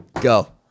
Go